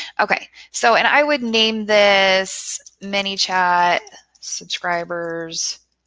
okay. so, and i would name this manychat subscribers